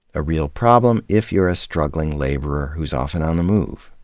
a real problem if you're a struggling laborer who's often on the move.